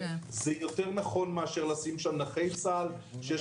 זה יותר נכון מאשר לשים שם נכי צה"ל שיש